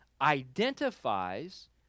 identifies